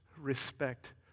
respect